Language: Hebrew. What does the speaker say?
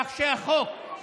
כך שהחוק,